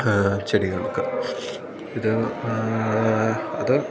ചെടികൾക്ക് ഇത് അത്